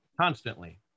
constantly